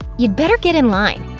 you'd better get in line.